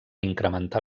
incrementar